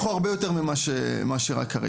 שנייה, הצורך הוא הרבה יותר ממה שרק כרגע.